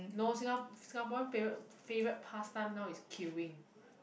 no singa~ singaporean favourite favourite past time now is queuing